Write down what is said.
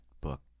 book